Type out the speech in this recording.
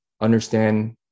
understand